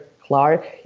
Clark